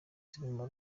zirimo